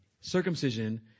circumcision